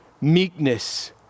meekness